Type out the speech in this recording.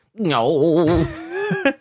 No